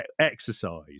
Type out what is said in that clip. exercise